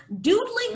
doodling